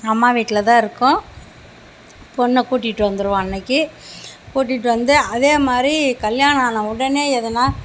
அம்மா வீட்டுலதானிருக்கும் பொண்ணை கூட்டிகிட்டு வந்துடுவோம் அன்னைக்கு கூட்டிகிட்டு வந்து அதேமாதிரி கல்யாணம் ஆன உடனே எதுனா